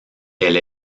elle